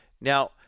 Now